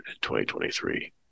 2023